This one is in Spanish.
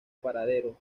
paradero